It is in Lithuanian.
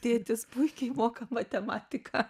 tėtis puikiai moka matematiką